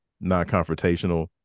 non-confrontational